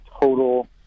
total